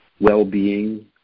well-being